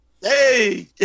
Hey